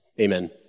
Amen